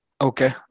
Okay